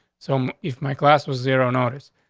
so if my class was zero notice,